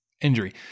injury